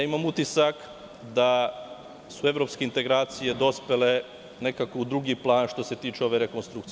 Imam utisak da su evropske integracije dospele nekako u drugi plan, što se tiče ove rekonstrukcije.